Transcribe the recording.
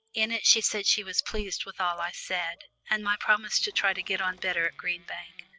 in it she said she was pleased with all i said, and my promise to try to get on better at green bank,